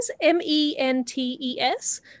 M-E-N-T-E-S